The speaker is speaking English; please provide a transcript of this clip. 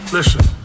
Listen